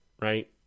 right